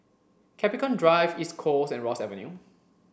Capricorn Drive East Coast and Ross Avenue